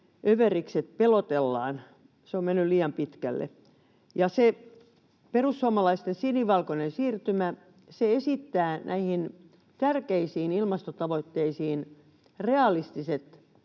että pelotellaan. Se on mennyt liian pitkälle. Perussuomalaisten sinivalkoinen siirtymä esittää realistisen ohjelman näihin tärkeisiin ilmastotavoitteisiin, kuinka